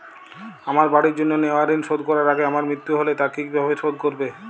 আমার বাড়ির জন্য নেওয়া ঋণ শোধ করার আগে আমার মৃত্যু হলে তা কে কিভাবে শোধ করবে?